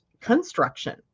construction